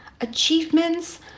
Achievements